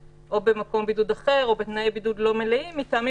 במקום בידוד אחר או בתנאי בידוד לא מלאים,